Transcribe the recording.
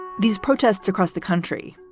these protests across the country,